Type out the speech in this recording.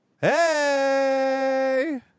Hey